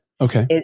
Okay